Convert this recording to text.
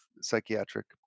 psychiatric